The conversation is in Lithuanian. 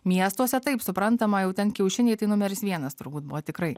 miestuose taip suprantama jau ten kiaušiniai tai numeris vienas turbūt buvo tikrai